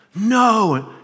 No